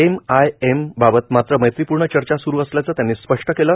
MIM बाबत मात्र मैत्रीपूर्ण चर्चा सुरू असल्याचं त्यांनी स्पष्ट केलं